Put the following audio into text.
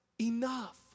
enough